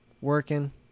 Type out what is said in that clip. working